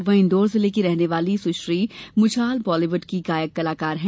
वहीं इन्दौर जिले की रहने वाली सुश्री मुछाल बॉलीवुड की गायक कलाकार हैं